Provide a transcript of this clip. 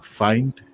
find